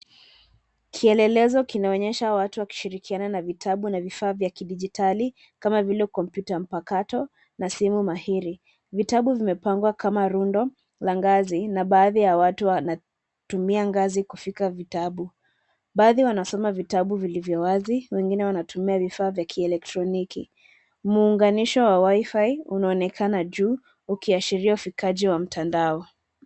Kielelezo kinaonyesha watu wakishirikiana na vitabu na vifaa vya kidigitali, kama vile computer mpakato, na simu mahiri. Vitabu vimepangwa kama rundo la ngazi na baadhi ya watu wanatumia ngazi kufika vitabu. Baadhi wanaosoma vitabu vilivyowazi, wengine wanatumia vifaa vya kielektroniki. Muunganisho wa WIFI unaonekana juu ukiashiria ufikaji wa mtandao.